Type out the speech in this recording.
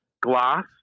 glass